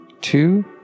Two